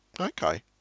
Okay